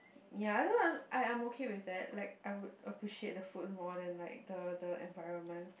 ya I don't I I'm okay with that like I would appreciate the food more than like the the environment